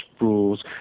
rules